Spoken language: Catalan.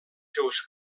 seus